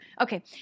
Okay